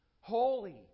Holy